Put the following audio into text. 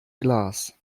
glas